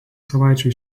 savaičių